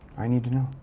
i need to know.